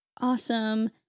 awesome